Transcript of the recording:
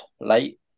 late